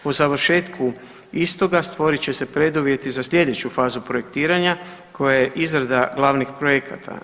Po završetku istoga stvorit će se preduvjeti za slijedeću fazu projektiranja koja je izrada glavnih projekata.